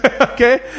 Okay